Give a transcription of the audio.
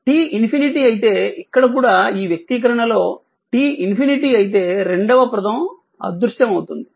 t ➝∞ అయితే ఇక్కడ కూడా ఈ వ్యక్తీకరణలో t ➝∞ అయితే రెండవ పదం అదృశ్యమవుతుంది